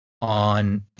on